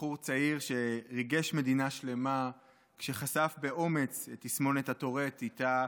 בחור צעיר שריגש מדינה שלמה כשחשף באומץ את תסמונת הטורט שאיתה